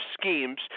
schemes